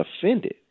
offended